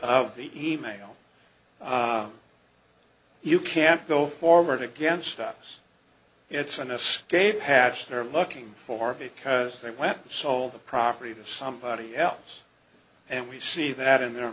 of the e mail you can't go forward against us it's an escape hatch they're looking for because they went and sold the property to somebody else and we see that in their